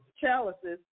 chalices